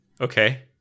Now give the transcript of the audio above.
okay